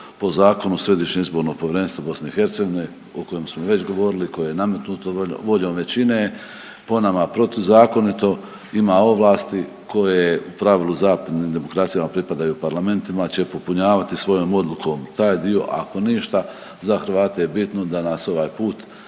po zakonu, Središnje izborno povjerenstvo BiH, o kojem smo već govorili, koje je nametnuto voljom većine, po nama protuzakonito, ima ovlasti koje u pravilu za .../Govornik se ne razumije./... pripadaju parlamentima, će popunjavati svojom odlukom taj dio, ako ništa, za Hrvate je bitno da nas ovaj put